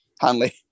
Hanley